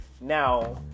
Now